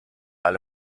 alle